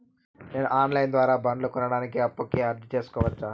నేను online ద్వారా బండ్లు కొనడానికి అప్పుకి అర్జీ సేసుకోవచ్చా?